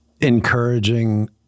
Encouraging